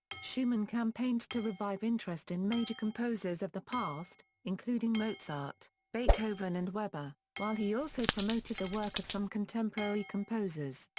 schumann campaigned to revive interest in major composers of the past, including mozart, beethoven and weber, while he also promoted the work of some contemporary composers,